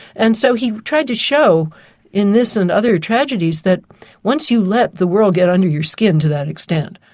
and so he tried to show in this and other tragedies that once you let the world get under your skin to that extent,